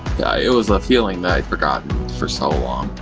it was a feeling that i'd forgotten for so long,